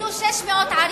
נבנו 600 ערים,